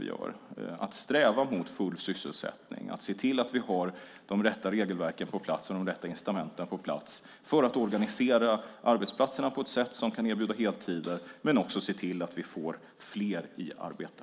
Det handlar om att sträva efter full sysselsättning och om att se till att vi har de rätta regelverken och incitamenten på plats för att organisera arbetsplatserna på ett sätt så att de kan erbjuda heltider men också om att se till att vi kan få fler i arbete.